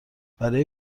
برای